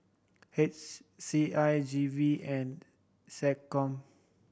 H C I G V and SecCom